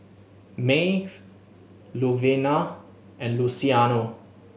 Mae Luvenia and Luciano